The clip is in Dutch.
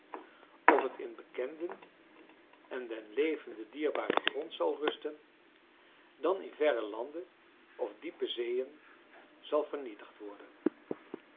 of het in bekenden en den levende dierbaren grond zal rusten dan in verre landen of diepe zeeën zal vernietigd worden